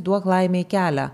duok laimei kelią